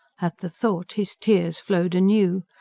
at the thought his tears flowed anew.